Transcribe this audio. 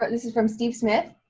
but this is from steve smith.